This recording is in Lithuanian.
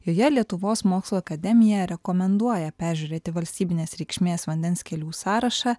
joje lietuvos mokslo akademija rekomenduoja peržiūrėti valstybinės reikšmės vandens kelių sąrašą